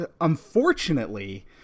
unfortunately